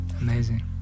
amazing